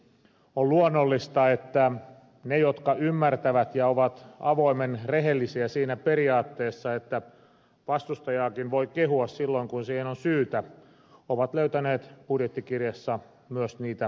on luonnollista että ne jotka ymmärtävät ja ovat avoimen rehellisiä siinä periaatteessa että vastustajaakin voi kehua silloin kun siihen on syytä ovat löytäneet budjettikirjasta myös niitä positiivisia toimia